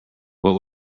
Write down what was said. what